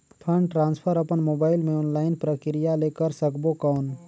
Fund transfer अपन mobile मे online प्रक्रिया ले कर सकबो कौन?